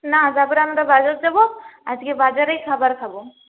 না তারপরে আমরা বাজার যাবো আজকে বাজারেই খাবার খাবো